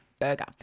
burger